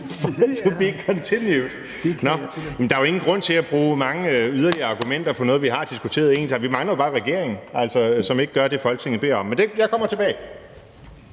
Det kan jeg ikke tillade). Nå, men der er jo ingen grund til at bruge mange yderligere argumenter om noget, vi har diskuteret en gang. Vi mangler jo bare regeringen, som ikke gør det, Folketinget beder den om. Men jeg kommer tilbage.